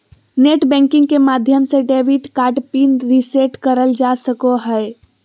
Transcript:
net banking के माध्यम से डेबिट कार्ड पिन रीसेट करल जा सको हय